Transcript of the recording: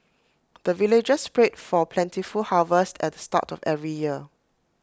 the villagers pray for plentiful harvest at the start of every year